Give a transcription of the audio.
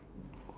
okay